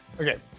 Okay